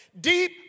deep